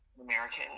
American